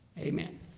amen